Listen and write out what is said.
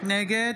נגד